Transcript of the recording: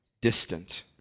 distant